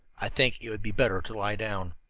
i think it would be better to lie down.